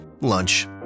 Lunch